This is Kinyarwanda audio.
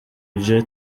ivyo